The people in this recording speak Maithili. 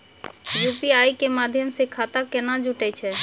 यु.पी.आई के माध्यम से खाता केना जुटैय छै?